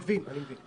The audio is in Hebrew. כמה הוא מסוכן במדינה